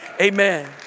amen